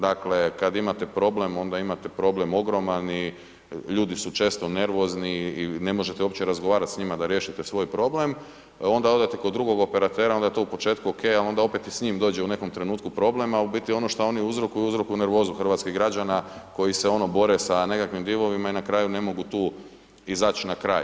Dakle, kad imate problem onda imate problem ogroman i ljudi su često nervozni i ne možete uopće razgovarati s njima da riješite svoj problem i onda odete kod drugog operatera, onda je to u početku ok, a onda opet i s njim dođe u nekom trenutku problem, a u biti ono što oni uzrokuju, uzrokuju nervozu hrvatskih građana koji se ono bore sa nekakvim divovima i na kraju ne mogu tu izaći na kraj.